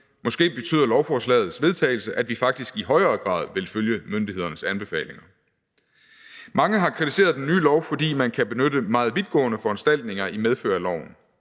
Måske betyder lovforslagets vedtagelse, at vi faktisk i højere grad vil følge myndighedernes anbefalinger. Mange har kritiseret den nye lov, fordi man kan benytte meget vidtgående foranstaltninger i medfør af loven.